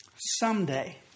someday